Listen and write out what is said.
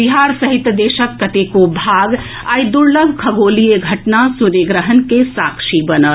बिहार सहित देशक कतेको भाग आइ दुर्लभ खगोलीय घटना सूर्यग्रहण के साक्षी बनल